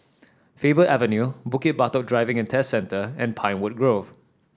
Faber Avenue Bukit Batok Driving And Test Centre and Pinewood Grove